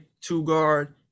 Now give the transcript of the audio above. two-guard